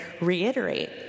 reiterate